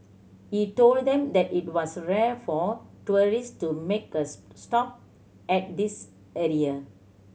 he told them that it was rare for tourist to make a stop at this area